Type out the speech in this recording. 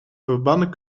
verbanden